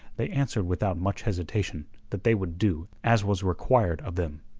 they answered without much hesitation that they would do as was required of them.